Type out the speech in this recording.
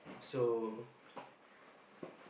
so